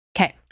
Okay